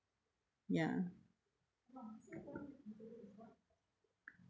ya